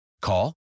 Call